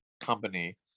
company